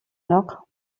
noch